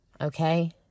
okay